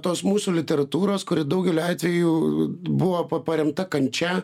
tos mūsų literatūros kuri daugeliu atvejų buvo pa paremta kančia